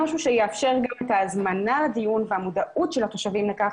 משהו שיאפשר גם את ההזמנה לדיון והמודעות של התושבים לכך